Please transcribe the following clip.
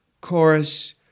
chorus